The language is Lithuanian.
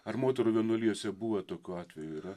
ar moterų vienuolijose buvo tokių atvejų yra